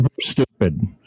Stupid